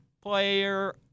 player